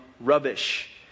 rubbish